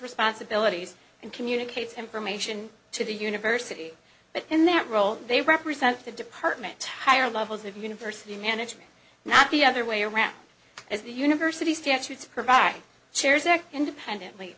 responsibilities and communicates information to the university but in that role they represent the department higher levels of university management not the other way around as the university staff to provide chairs act independently